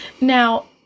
Now-